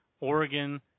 Oregon